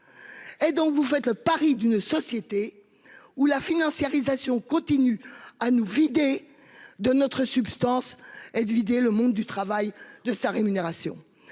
Vous faites donc le pari d'une société où la financiarisation continue à nous vider de notre substance et à vider le monde du travail de sa rémunération,